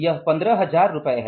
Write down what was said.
यह 15000 रुपये है